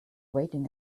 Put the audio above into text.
waiting